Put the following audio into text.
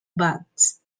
bats